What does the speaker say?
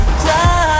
cry